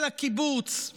אל הקיבוץ,